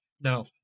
no